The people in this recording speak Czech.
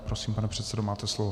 Prosím, pane předsedo, máte slovo.